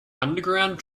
underground